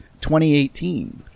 2018